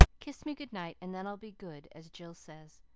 kiss me good-night, and then i'll be good as jill says.